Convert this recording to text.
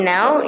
Now